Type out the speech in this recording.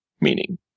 meaning